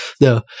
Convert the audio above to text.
No